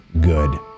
good